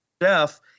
Jeff